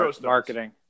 marketing